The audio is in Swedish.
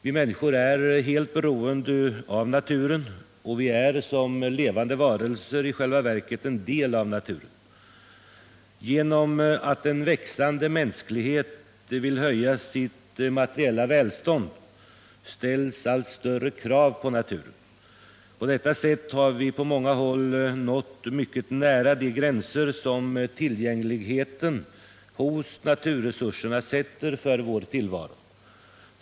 Vi människor är helt beroende av naturen, och vi är som levande varelser i själva verket en del av naturen. Genom att en växande mänsklighet vill höja sitt materiella välstånd ställs allt större krav på naturen. På detta sätt har vi på många håll nått mycket nära de gränser som tillgängligheten hos naturresurserna sätter för vår tillvaro.